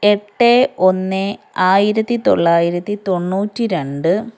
എട്ട് ഒന്ന് ആയിരത്തി തൊള്ളായിരത്തി തൊണ്ണൂറ്റി രണ്ട്